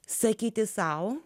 sakyti sau